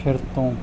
ਫਿਰ ਤੋਂ